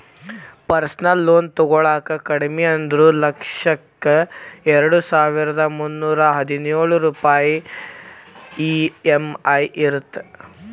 personal loan ತೊಗೊಳಾಕ ಕಡಿಮಿ ಅಂದ್ರು ಲಕ್ಷಕ್ಕ ಎರಡಸಾವಿರ್ದಾ ಮುನ್ನೂರಾ ಹದಿನೊಳ ರೂಪಾಯ್ ಇ.ಎಂ.ಐ ಇರತ್ತ